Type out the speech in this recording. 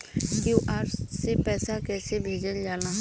QR से पैसा कैसे भेजल जाला?